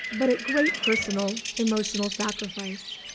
but at great personal, emotional sacrifice.